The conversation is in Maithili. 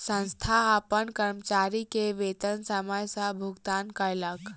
संस्थान अपन कर्मचारी के वेतन समय सॅ भुगतान कयलक